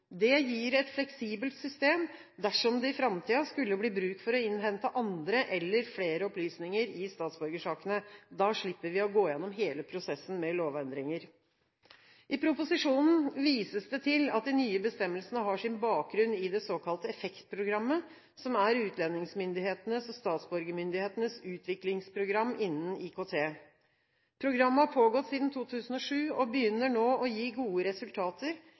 Det gir et fleksibelt system dersom det i framtiden skulle bli bruk for å innhente andre, eller flere, opplysninger i statsborgersakene. Da slipper vi å gå igjennom hele prosessen med lovendringer. I proposisjonen vises det til at de nye bestemmelsene har sin bakgrunn i det såkalte EFFEKT-programmet, som er utlendingsmyndighetenes og statsborgermyndighetenes utviklingsprogram innen IKT. Programmet har pågått siden 2007 og begynner nå å gi gode resultater